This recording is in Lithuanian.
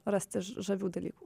rasti žavių dalykų